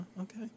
Okay